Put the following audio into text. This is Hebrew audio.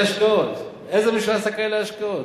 תראה איזה השקעות, איזה ממשלה עשתה כאלו השקעות?